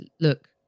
Look